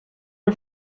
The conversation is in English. her